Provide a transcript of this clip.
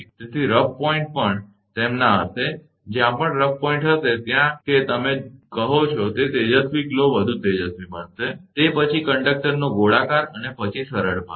તેથી rough point પણ તેમના હશે જ્યાં પણ રફ પોઇન્ટ હશે ત્યાં કે જે તમે કહો છો તે તેજસ્વી ગ્લો વધુ તેજસ્વી થશે તે પછી કન્ડક્ટરનો ગોળાકાર અને પછી સરળ ભાગ